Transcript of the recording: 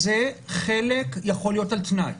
זה בגלל שלא הייתה חקיקה כזאת עד היום.